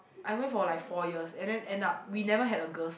I went for like four years and then end up we never had a girls